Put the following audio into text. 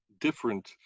different